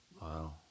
Wow